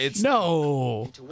No